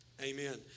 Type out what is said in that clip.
Amen